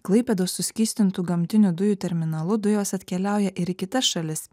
klaipėdos suskystintų gamtinių dujų terminalu dujos atkeliauja ir į kitas šalis